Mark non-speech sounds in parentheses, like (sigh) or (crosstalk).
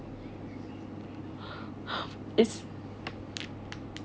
(laughs) it's